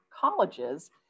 colleges